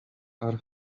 are